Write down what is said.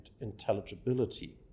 intelligibility